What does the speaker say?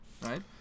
Right